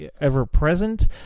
ever-present